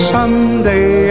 Someday